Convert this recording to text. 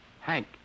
Hank